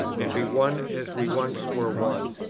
and be one as we once were one.